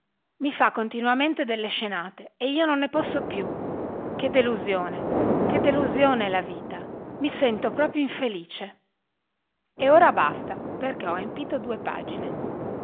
i fa continuamente delle scenate e io non ne posso più che delusione che delusione è la vita i sento proprio infelice e ora basta perché ho empito due pagine